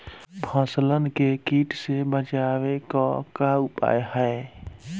फसलन के कीट से बचावे क का उपाय है?